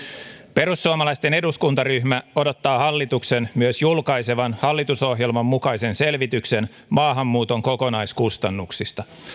perussuomalaisten eduskuntaryhmä odottaa hallituksen myös julkaisevan hallitusohjelman mukaisen selvityksen maahanmuuton kokonaiskustannuksista